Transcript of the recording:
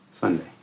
Sunday